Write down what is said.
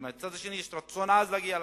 ומהצד השני יש רצון עז להגיע להסכם,